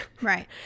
right